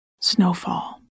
Snowfall